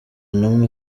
n’umwe